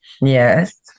Yes